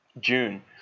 June